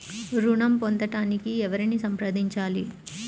ఋణం పొందటానికి ఎవరిని సంప్రదించాలి?